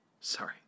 Sorry